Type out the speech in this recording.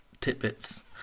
tidbits